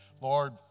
Lord